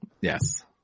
Yes